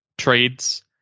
trades